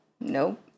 Nope